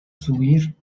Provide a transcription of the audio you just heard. subir